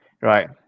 Right